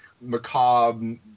macabre